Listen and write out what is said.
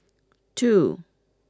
two